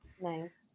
Nice